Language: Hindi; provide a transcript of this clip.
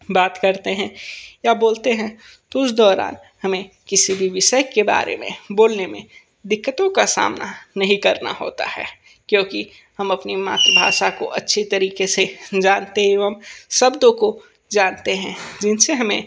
बात करते हैं या बोलते हैं तो उस दौरान हमें किसी भी विषय के बारे में बोलने में दिक्कतों का सामना नहीं करना होता है क्योंकि हम अपनी मातृ भाषा को अच्छी तरह तरीके से जानते एवं शब्दों को जानते हैं जिनसे हमें